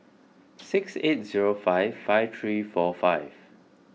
six eight zero five five three four five